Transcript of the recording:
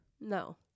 No